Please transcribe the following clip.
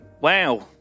Wow